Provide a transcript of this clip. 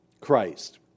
Christ